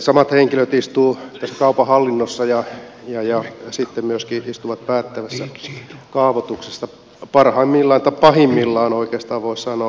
samat henkilöt sekä istuvat kaupan hallinnossa että myöskin istuvat päättämässä kaavoituksesta ja parhaimmillaan tai oikeastaan voi sanoa